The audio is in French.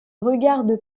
regarde